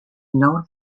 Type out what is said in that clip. known